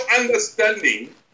understanding